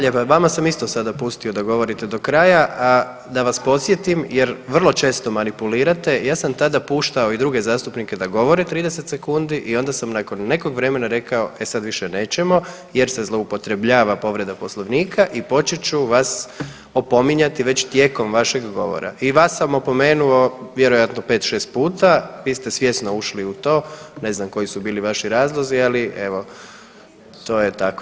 Hvala lijep i vama sam isto sada pustio da govorite do kraja, a da vas podsjetim jer vrlo često manipulirate ja sam tada puštao i druge zastupnike da govore 30 sekundi i onda sam nakon nekog vremena rekao e sad više nećemo jer se zloupotrebljava povreda Poslovnika i počet ću vas opominjati već tijekom vašeg govora i vas sam opomenuo vjerojatno 5-6 puta, vi ste svjesno ušli u to, ne znam koji su bili vaši razlozi, ali evo to je tako.